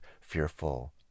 fearful